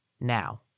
Now